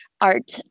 art